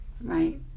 Right